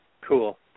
Cool